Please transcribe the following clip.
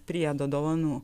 priedo dovanų